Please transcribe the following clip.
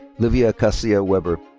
livia cassia weber.